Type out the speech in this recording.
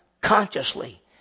consciously